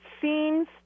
seems